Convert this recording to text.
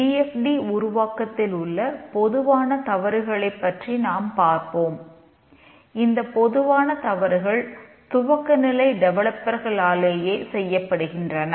D F T செய்யப்படுகின்றன